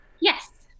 yes